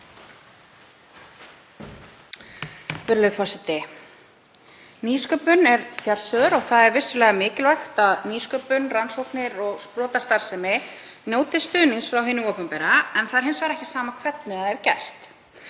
Nýsköpun er fjársjóður og það er vissulega mikilvægt að nýsköpun, rannsóknir og sprotastarfsemi njóti stuðnings frá hinu opinbera. En það er hins vegar ekki sama hvernig það er gert.